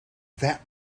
that